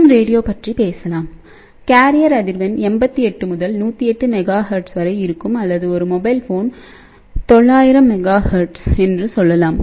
M radio பற்றி பேசலாம்கேரியர் அதிர்வெண் 88 முதல் 108 மெகா ஹெர்ட்ஸ் வரை இருக்கும் அல்லது ஒரு மொபைல் போன் 900 மெகா ஹெர்ட்ஸ் என்று சொல்லலாம்